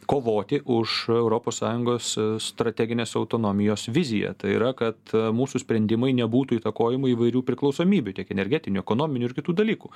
kovoti už europos sąjungos strateginės autonomijos viziją tai yra kad mūsų sprendimai nebūtų įtakojami įvairių priklausomybių tiek energetinų ekonominių ir kitų dalykų